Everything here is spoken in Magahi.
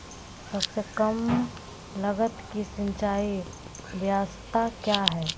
सबसे कम लगत की सिंचाई ब्यास्ता क्या है?